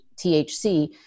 THC